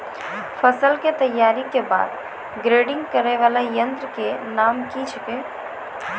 फसल के तैयारी के बाद ग्रेडिंग करै वाला यंत्र के नाम की छेकै?